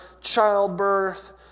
childbirth